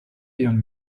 ihren